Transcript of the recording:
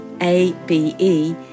A-B-E